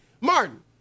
Martin